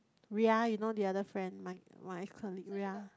Ria you know the other friend my my colleague Ria